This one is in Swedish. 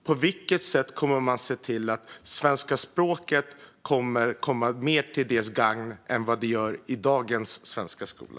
På vilket sätt kommer man att se till att svenska språket kommer mer till gagn för dem än vad det gör i dagens svenska skola?